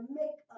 make